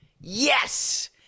Yes